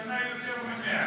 בשנה זה יותר מ-100.